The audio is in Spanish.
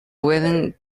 pueden